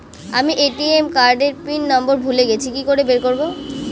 আমি ATM card এর PIN নম্বর ভুলে গেছি কি করে বের করব?